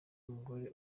umugore